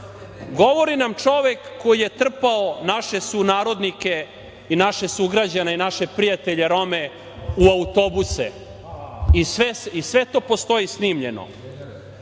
Govori nam čovek koji je trpao naše sunarodnike i naše sugrađane, naše prijatelje rome u autobuse. Sve to postoji snimljeno.